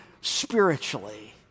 spiritually